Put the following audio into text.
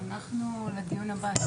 אנחנו נתייחס בדיון הבא.